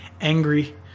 angry